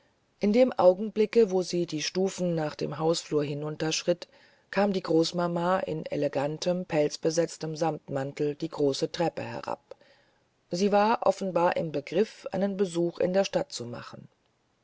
in dem augenblicke wo sie die stufen nach dem hausflur hinunterschritt kam die großmama in elegantem pelzbesetztem samtmantel die große treppe herab sie war offenbar im begriff einen besuch in der stadt zu machen